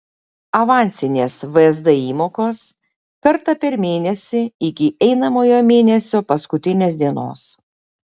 avansinės vsd įmokos kartą per mėnesį iki einamojo mėnesio paskutinės dienos